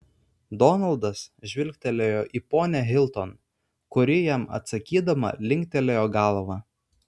donaldas žvilgtelėjo į ponią hilton kuri jam atsakydama linktelėjo galvą